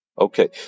Okay